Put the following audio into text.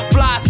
Fly